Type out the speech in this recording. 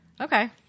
okay